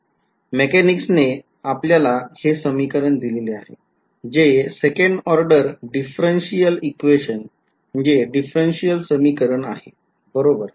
mechanics ने आपल्याला हे समीकरण दिलेले आहे जे सेकंड ऑर्डर differential समीकरण आहे बरोबर